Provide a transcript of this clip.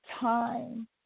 time